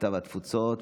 הקליטה והתפוצות.